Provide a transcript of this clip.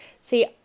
See